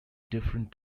different